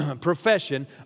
profession